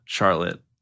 Charlotte